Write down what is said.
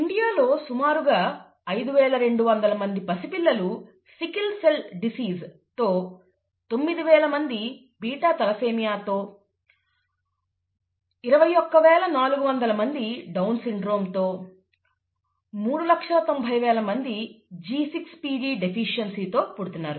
ఇండియాలో సుమారుగా 5200 మంది పసిపిల్లలు సికిల్ సెల్ డిసీస్ తో 9000 మంది బీటా తలసేమియా తో 21400 మంది డౌన్ సిండ్రోమ్ తో 390000 మంది G6PD డెఫిషియన్సీ తో పుడుతున్నారు